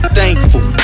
thankful